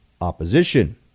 opposition